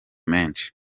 menshi